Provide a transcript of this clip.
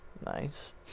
nice